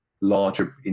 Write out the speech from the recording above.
larger